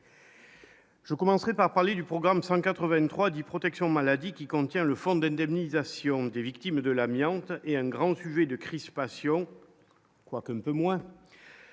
Je commencerais par parler du programme 183 dit protection maladie qui contient le fonds d'indemnisation des victimes de l'amiante est un grand sujet de crispation quoi ne peut moins.